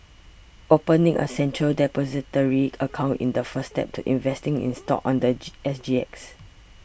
opening a Central Depository account in the first step to investing in stocks on the S G X